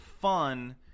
fun